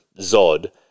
Zod